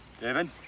David